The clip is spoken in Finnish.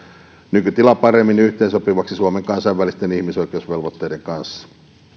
nykytilaa paremmin yhteensopivaksi suomen kansainvälisten ihmisoikeusvelvoitteiden kanssa